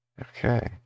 Okay